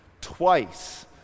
Twice